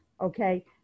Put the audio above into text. Okay